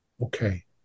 okay